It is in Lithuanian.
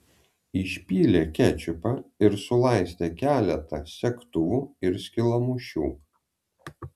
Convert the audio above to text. išpylė kečupą ir sulaistė keletą segtuvų ir skylmušių